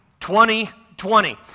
2020